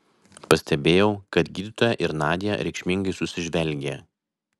pastebėjau kad gydytoja ir nadia reikšmingai susižvelgė